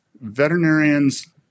Veterinarians